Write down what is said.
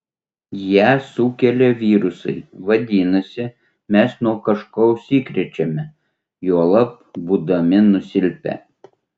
ją sukelia virusai vadinasi mes nuo kažko užsikrečiame juolab būdami nusilpę